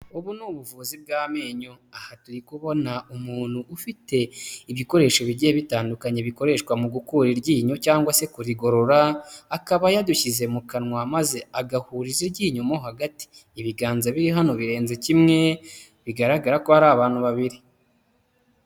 Ubu ni ubuvuzi bw'amenyo. Aha turi kubona umuntu ufite ibikoresho bigiye bitandukanye bikoreshwa mu gukura iryinyo cyangwa se kurigorora, akaba yadushyize mu kanwa maze agahuriza iryinyo mo hagati. Ibiganza biri hano birenze kimwe bigaragara ko hari abantu babiri.